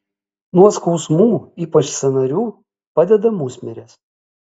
nuo skausmų ypač sąnarių padeda musmirės